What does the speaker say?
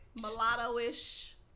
Mulatto-ish